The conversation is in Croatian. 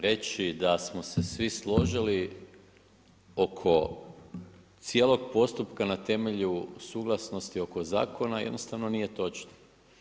Reći da smo se svi složili oko cijelog postupka na temelju suglasnosti oko zakona jednostavno nije točno.